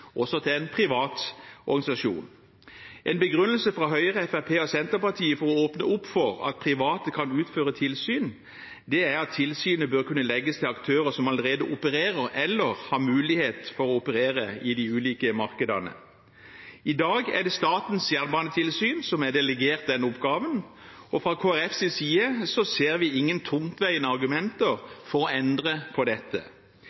til også en privat organisasjon. En begrunnelse fra Høyre, Fremskrittspartiet og Senterpartiet for å åpne opp for at private kan utføre tilsyn, er at tilsynet bør kunne legges til aktører som allerede opererer eller har mulighet for å operere i de ulike markedene. I dag er det Statens jernbanetilsyn som er delegert denne oppgaven. Fra Kristelig Folkepartis side ser vi ingen tungtveiende argumenter for å endre på dette,